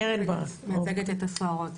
קרן ברק, אני מייצגת את הסוהרות.